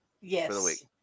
yes